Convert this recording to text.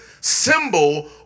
symbol